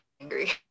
angry